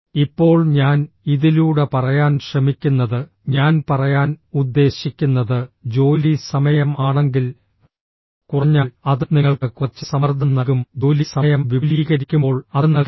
ഇപ്പോൾ ഞാൻ ഇതിലൂടെ പറയാൻ ശ്രമിക്കുന്നത് ഞാൻ പറയാൻ ഉദ്ദേശിക്കുന്നത് ജോലി സമയം ആണെങ്കിൽ കുറഞ്ഞാൽ അത് നിങ്ങൾക്ക് കുറച്ച് സമ്മർദ്ദം നൽകും ജോലി സമയം വിപുലീകരിക്കുമ്പോൾ അത് നൽകില്ല